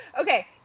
Okay